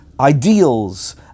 ideals